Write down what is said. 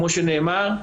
כמו שנאמר,